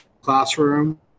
classroom